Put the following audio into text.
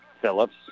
Phillips